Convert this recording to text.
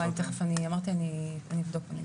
אני אבדוק.